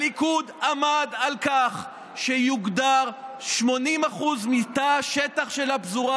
הליכוד עמד על כך שיוגדרו 80% מתא השטח של הפזורה.